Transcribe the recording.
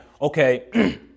okay